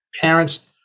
parents